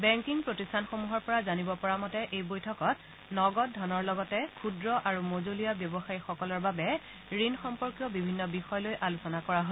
banking প্ৰতিষ্ঠানসমূহৰ পৰা জানিব পৰা মতে এই বৈঠকত নগদ ধনৰ লগতে ক্ষুদ্ৰ আৰু মজলীয়া ব্যৱসায়ীসকলৰ বাবে ঋণ সম্পৰ্কীয় বিভিন্ন বিষয় লৈ আলোচনা কৰা হয়